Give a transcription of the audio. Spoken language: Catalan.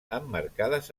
emmarcades